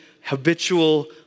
habitual